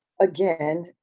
again